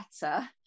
better